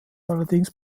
allerdings